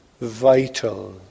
vital